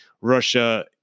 Russia